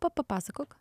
pa papasakok